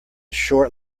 short